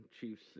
Chiefs